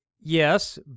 Yes